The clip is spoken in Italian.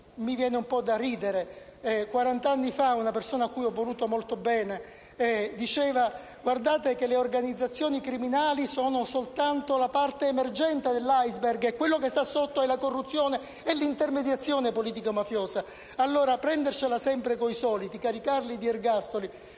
mi viene un po' da ridere. Quarant'anni fa, una persona cui ho voluto molto bene diceva: «Guardate che le organizzazioni criminali sono soltanto la parte emergente dell'*iceberg*: quello che sta sotto è la corruzione e l'intermediazione politico-mafiosa». Prendersela allora sempre con i soliti e caricarli di ergastoli,